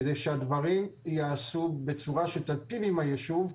כדי שהדברים ייעשו בצורה שתיטיב עם היישוב.